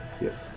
Yes